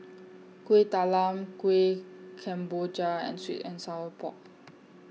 Kuih Talam Kuih Kemboja and Sweet and Sour Pork